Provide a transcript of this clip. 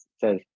says